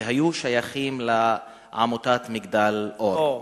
שהיו שייכים לעמותת "מגדל אור".